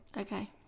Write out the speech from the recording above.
Okay